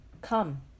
Come